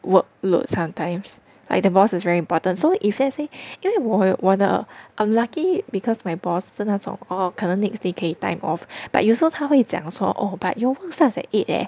work load sometimes like the boss is very important so if let's say 因为我的 I'm lucky because my boss 是那种 oh 可能 next day time off but 有时候他他会讲 also oh but your work starts at eight leh